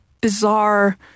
bizarre